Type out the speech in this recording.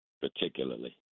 particularly